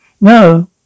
No